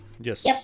Yes